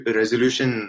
resolution